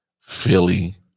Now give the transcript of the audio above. Philly